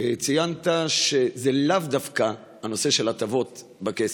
ציינת שזה לאו דווקא הנושא של הטבות בכסף.